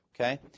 Okay